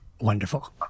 Wonderful